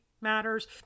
matters